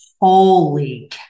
holy